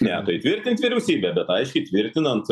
ne tai tvirtint vyriausybę bet aiškiai tvirtinant